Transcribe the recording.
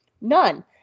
None